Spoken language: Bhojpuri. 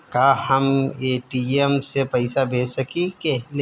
का हम ए.टी.एम से पइसा भेज सकी ले?